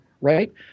right